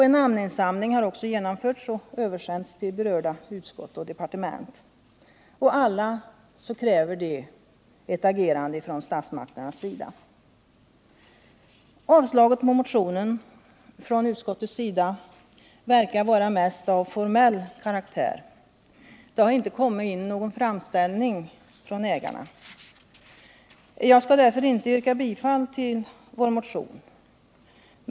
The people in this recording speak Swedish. En namninsamling har också genomförts och listor översänts till berörda utskott och departement. Alla kräver ett agerande från statsmakternas sida. Utskottets avstyrkande av motionen verkar vara mest av formell karaktär och bero på att det inte har kommit in någon framställning från ägarna — och jag skall därför inte yrka bifall till vår motion.